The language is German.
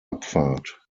abfahrt